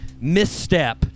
misstep